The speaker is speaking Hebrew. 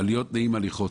אבל להיות נעים הליכות,